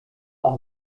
are